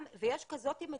ויש כזו מצוקה.